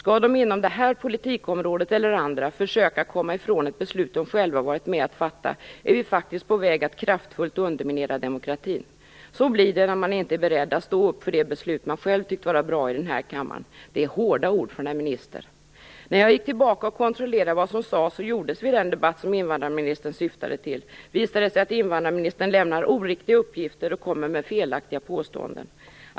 Skall de inom det här politikområdet eller andra försöka komma ifrån ett beslut de själva har varit med om att fatta är vi faktiskt på väg att kraftfullt underminera demokratin. Det är hårda ord från en minister. När jag gick tillbaka och kontrollerade vad som sades och gjordes vid den debatt som invandrarministern syftade på visade det sig att invandrarministern har lämnat oriktiga uppgifter och kommit med felaktiga påståenden.